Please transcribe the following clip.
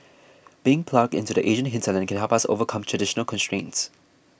being plugged into the Asian hinterland can help us overcome traditional constraints